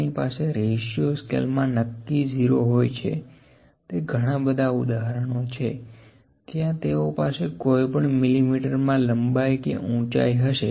આપણી પાસે ratio scale મા નક્કી 0 હોય છે તે ઘણા બધા ઉદાહરણો છે ત્યાં તેઓ પાસે કોઇપણ મિલીમીટર મા લંબાઈ કે ઉંચાઇ હશે